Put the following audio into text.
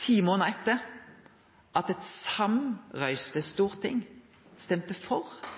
ti månader etter at eit samrøystes storting stemte for